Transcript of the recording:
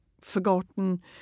forgotten